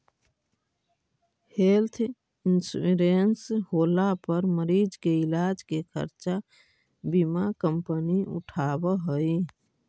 health insurance होला पर मरीज के इलाज के खर्चा बीमा कंपनी उठावऽ हई